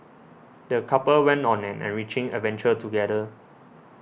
the couple went on an enriching adventure together